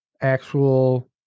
actual